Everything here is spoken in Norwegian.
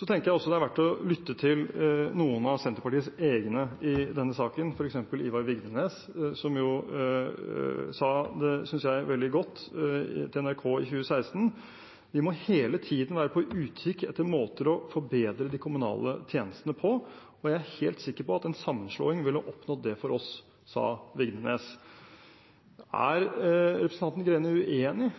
Det er også verdt å lytte til noen av Senterpartiets egne i denne saken, f.eks. Ivar Vigdenes, som sa det veldig godt til NRK i 2016: «Vi må hele tiden være på utkikk etter måter å forbedre de kommunale tjenestene på, og jeg er helt sikker på at en sammenslåing ville oppnådd det for oss.» Er representanten Greni uenig